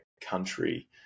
country